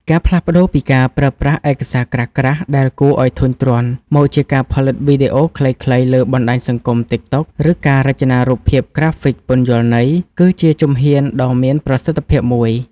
ការផ្លាស់ប្តូរពីការប្រើប្រាស់ឯកសារក្រាស់ៗដែលគួរឱ្យធុញទ្រាន់ មកជាការផលិតវីដេអូខ្លីៗលើបណ្ដាញសង្គម ទិកតុក (TikTok) ឬការរចនារូបភាពក្រាហ្វិកពន្យល់ន័យ (Infographics) គឺជាជំហានដ៏មានប្រសិទ្ធភាពមួយ។